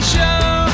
Show